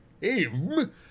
Him